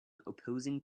opposing